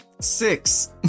Six